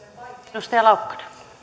arvoisa rouva